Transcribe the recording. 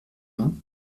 vingt